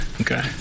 Okay